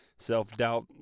self-doubt